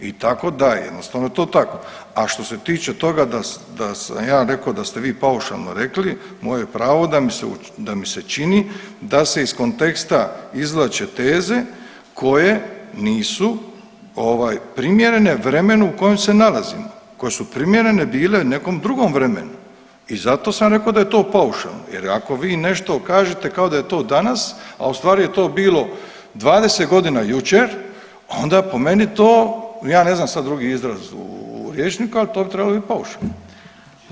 I tako da, jednostavno to tako, a što se tiče toga da sam ja rekao da sve vi paušalno rekli, moje je pravo da mi se čini da se iz konteksta izvlače teze koje nisu ovaj primjerene vremenu u kojem se nalazimo, koje su primjerene bile nekom drugom vremenu i zato sam rekao da je to paušalno jer ako vi nešto kažete, kao da je to danas, a ustvari je to bilo 20 godina jučer, pa onda po meni to, ja ne znam sad drugi izraz u rječniku, ali to bi trebalo biti paušalno.